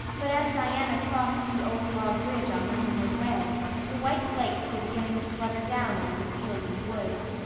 but as diana crossed the old log bridge on her homeward way the white flakes were beginning to flutter down over the fields and woods,